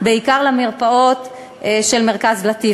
בעיקר למרפאות של מרכז "לטיף".